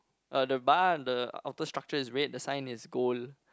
uh the bar and the outer structure is red the sign is gold